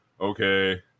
Okay